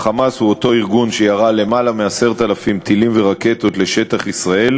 ה"חמאס" הוא אותו ארגון שירה למעלה מ-10,000 טילים ורקטות לשטח ישראל,